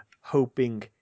hoping